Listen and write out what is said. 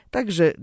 Także